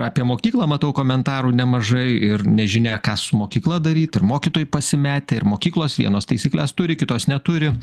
apie mokyklą matau komentarų nemažai ir nežinia ką su mokykla daryt ir mokytojai pasimetę ir mokyklos vienos taisykles turi kitos neturi